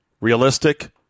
Realistic